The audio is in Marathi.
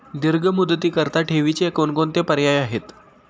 दीर्घ मुदतीकरीता ठेवीचे कोणकोणते पर्याय आहेत?